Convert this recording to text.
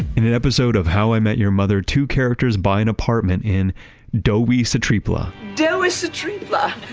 in an episode of how i met your mother, two characters buy an apartment in dowisetrepla dowisetrepla!